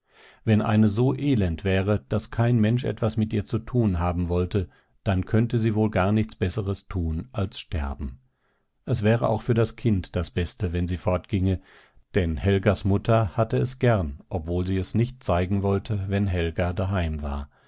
wenn eine so elend wäre daß kein mensch etwas mit ihr zu tun haben wollte dann könnte sie wohl gar nichts besseres tun als sterben es wäre auch für das kind das beste wenn sie fortginge denn helgas mutter hatte es gern obgleich sie es nicht zeigen wollte wenn helga daheim war